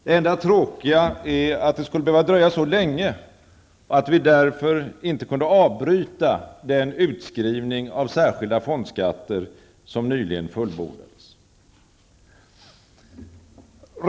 Det enda tråkiga är att det skulle behöva dröja så länge och att vi därför inte kunde avbryta den utskrivning av särskilda fondskatter som nyligen fullbordades.